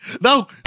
No